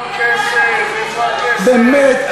באמת?